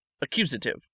Accusative